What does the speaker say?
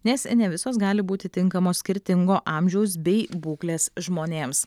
nes ne visos gali būti tinkamos skirtingo amžiaus bei būklės žmonėms